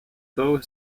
though